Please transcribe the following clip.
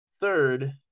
third